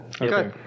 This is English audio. Okay